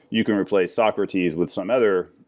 you can replace socrates with some other